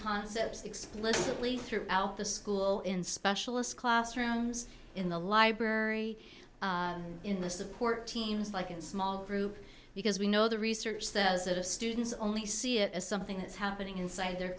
concepts explicitly throughout the school in specialist classrooms in the library in the support teams like in small group because we know the research that does it of students only see it as something that's happening inside their